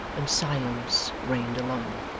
and silence reigned alone.